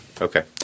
Okay